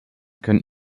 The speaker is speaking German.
können